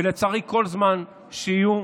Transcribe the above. ולצערי, כל זמן שיהיו